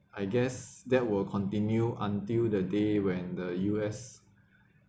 I guess that will continue until the day when the U_S